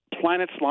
planets